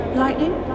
lightning